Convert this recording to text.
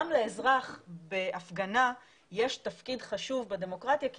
גם לאזרח בהפגנה יש תפקיד חשוב בדמוקרטיה כי